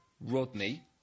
Rodney